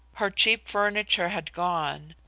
her cheap furniture had gone.